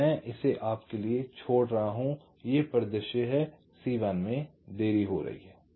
तो मैं इसे आप के लिए छोड़ रहा हूँ ये परिदृश्य हैं C1 में देरी हो रही है